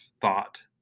thought